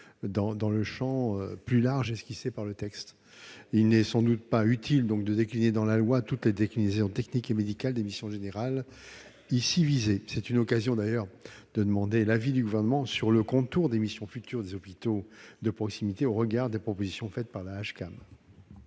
dans le champ plus large esquissé par le texte. Il n'est sans doute pas utile d'énumérer dans la loi toutes les déclinaisons techniques et médicales des missions générales ici visées. Cet amendement me donne d'ailleurs l'occasion de demander l'avis du Gouvernement sur le contour des missions futures des hôpitaux de proximité, au regard des propositions faites par le Hcaam.